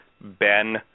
Ben